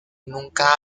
nunca